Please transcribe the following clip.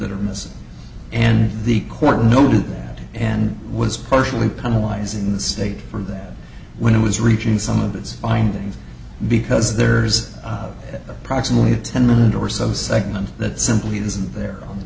that are missing and the court noted that and was partially penalize in the state for that when it was reaching some of its findings because there's approximately a ten minute or so segment that simply isn't there on